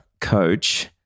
coach